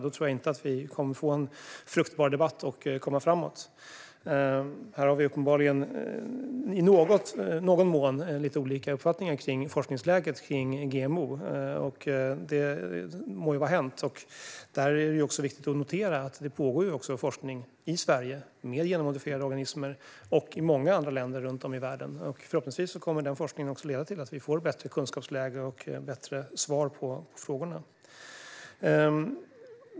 Då tror jag inte att vi kommer att få en fruktbar debatt och komma framåt. Vi har uppenbarligen i någon mån lite olika uppfattning om forskningsläget när det gäller GMO. Det må vara hänt, men det är viktigt att notera att det pågår forskning med genmodifierade organismer i Sverige och i många andra länder runt om i världen. Förhoppningsvis kommer den forskningen också att leda till att vi får ett bättre kunskapsläge och bättre svar på frågorna.